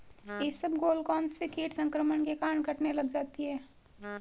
इसबगोल कौनसे कीट संक्रमण के कारण कटने लग जाती है?